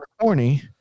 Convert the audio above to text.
corny